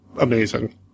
amazing